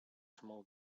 small